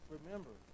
Remember